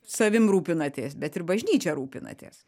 savim rūpinatės bet ir bažnyčia rūpinatės